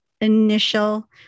initial